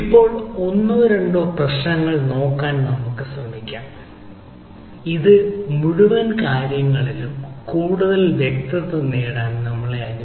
ഇപ്പോൾ ഒന്നോ രണ്ടോ പ്രശ്നങ്ങൾ നോക്കാൻ നമ്മൾ ശ്രമിക്കും ഇത് മുഴുവൻ കാര്യങ്ങളിലും കൂടുതൽ വ്യക്തത നേടാൻ നമ്മളെ അനുവദിക്കും